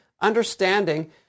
Understanding